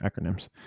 acronyms